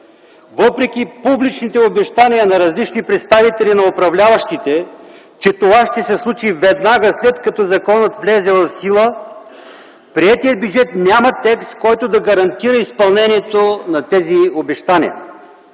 Въпреки публичните обещания на различни представители на управляващите, че това ще се случи веднага, след като законът влезе в сила, в приетия бюджет няма текст, който да гарантира изпълнението на тези обещания.